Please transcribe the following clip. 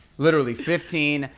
literally fifteen,